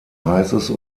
heißes